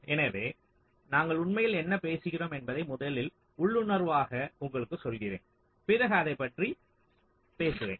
எனவே நாங்கள் உண்மையில் என்ன பேசுகிறோம் என்பதை முதலில் உள்ளுணர்வாக உங்களுக்குச் சொல்கிறேன் பிறகு நான் அதைப் பற்றி பேசுவேன்